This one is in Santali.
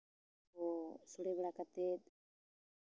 ᱠᱚ ᱥᱳᱲᱮ ᱵᱟᱲᱟ ᱠᱟᱛᱮᱫ